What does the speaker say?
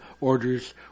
orders